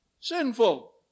sinful